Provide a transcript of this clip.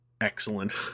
Excellent